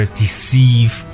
deceive